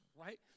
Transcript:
right